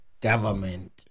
government